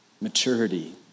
maturity